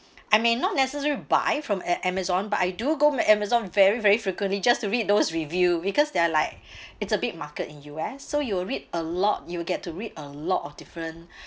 I may not necessary buy from a~ Amazon but I do go ma~ Amazon very very frequently just to read those review because they're like it's a big market in U_S so you read a lot you will get to read a lot of different